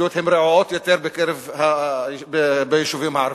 התשתיות הן רעועות יותר ביישובים הערביים.